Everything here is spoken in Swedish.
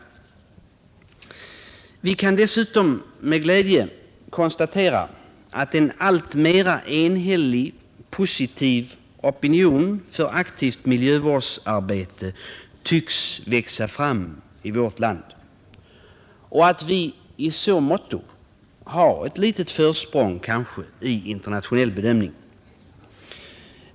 Vi kan dessutom med glädje konstatera att en alltmera enhällig positiv opinion för aktivt miljövårdsarbete tycks växa fram i vårt land och att vi i så måtto kanske har ett litet försprång i internationell bedömning.